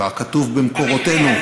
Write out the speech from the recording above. ככתוב במקורותינו.